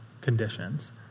conditions